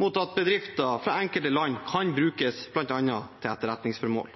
mot at bedrifter fra enkelte land bl.a. kan brukes til etterretningsformål.